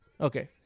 Okay